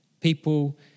People